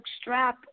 strap